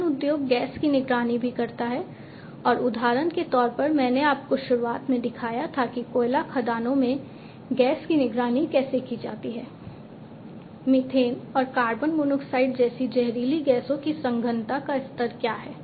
खनन उद्योग गैस की निगरानी भी करता है और उदाहरण के तौर पर मैंने आपको शुरुआत में दिखाया था कि कोयला खदानों में गैस की निगरानी कैसे की जाती है मीथेन और कार्बन मोनोऑक्साइड जैसी जहरीली गैसों की सघनता का स्तर क्या है